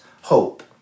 hope